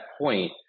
point